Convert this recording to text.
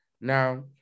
Now